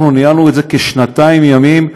אנחנו ניהלנו את זה כשנתיים ימים.